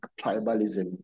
tribalism